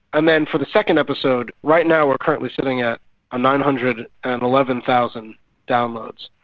and then for the second episode, right now we're currently sitting at nine hundred and eleven thousand downloads,